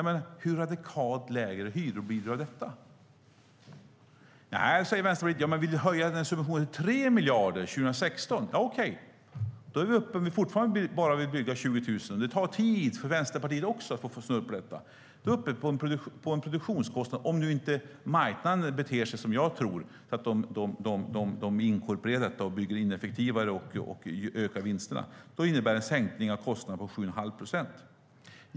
Hur radikalt lägre hyror blir det av detta? Nej, säger Vänsterpartiet, man vill höja subventionen till 3 miljarder 2016. Okej. Men man vill fortfarande bara bygga 20 000. Det tar tid för Vänsterpartiet också att få snurr på detta.